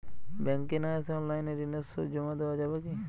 ব্যাংকে না এসে অনলাইনে ঋণের সুদ জমা দেওয়া যাবে কি?